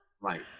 right